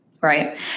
Right